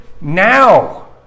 now